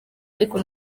ariko